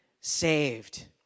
saved